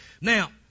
Now